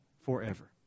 forever